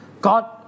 God